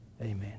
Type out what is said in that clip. Amen